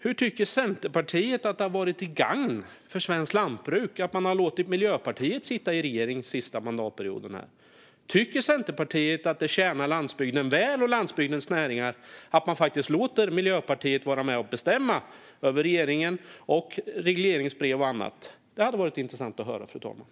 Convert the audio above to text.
Hur tycker Centerpartiet att det har varit till gagn för svenskt lantbruk att man har låtit Miljöpartiet sitta i regering den senaste mandatperioden? Tycker Centerpartiet att det tjänar landsbygden och dess näringar väl att man faktiskt låter Miljöpartiet vara med och bestämma över regeringen, regleringsbrev och annat? Det skulle vara intressant att höra, fru talman.